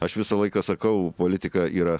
aš visą laiką sakau politika yra